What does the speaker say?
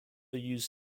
use